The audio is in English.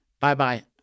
Bye-bye